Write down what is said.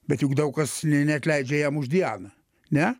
bet juk daug kas neatleidžia jam už dianą ne